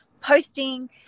posting